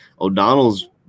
o'donnell's